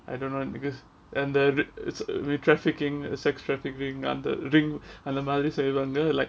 I don't know because and the r~ uh trafficking sex trafficking அந்த:andha ring அந்த மாதிரி செய்வாங்க:andha madhiri seivanga like